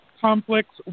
conflicts